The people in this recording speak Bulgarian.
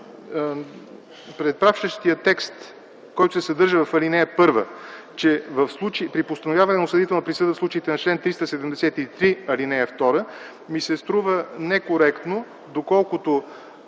Препращащият текст, който се съдържа в ал. 1, че „в случай при постановяване на осъдителна присъда в случаите на чл. 373, ал. 2”, ми се струва некоректен, доколкото